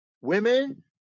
women